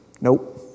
Nope